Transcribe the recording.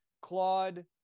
Claude